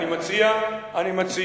אני מציע שנדע,